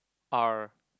R